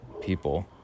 people